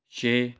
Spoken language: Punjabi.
ਛੇ